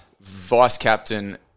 Vice-captain